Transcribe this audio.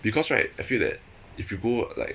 because right I feel that if you go like